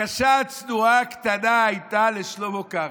בקשה צנועה קטנה הייתה לשלמה קרעי: